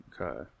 Okay